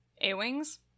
A-wings